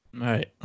Right